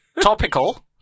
Topical